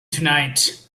tonight